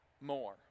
more